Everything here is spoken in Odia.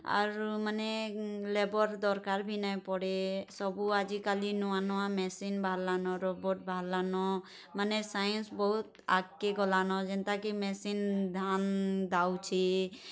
ଆରୁ ମାନେ ଲେବର୍ ଦରକାର୍ ଭି ନାଇଁ ପଡ଼େ ସବୁ ଆଜିକାଲି ନୂଆ ନୂଆ ମେସିନ୍ ବାହାରିଲାନ ରୋବଟ୍ ବାହାରିଲାନ ମାନେ ସାଇନ୍ସ୍ ବହୁତ୍ ଆଗ୍କେ ଗଲାନ ଯେନ୍ତାକି ମେସିନ୍ ଧାନ ଦାଉଛେ